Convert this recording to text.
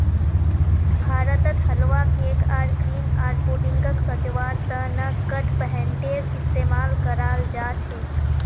भारतत हलवा, केक आर क्रीम आर पुडिंगक सजव्वार त न कडपहनटेर इस्तमाल कराल जा छेक